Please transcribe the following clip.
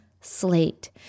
slate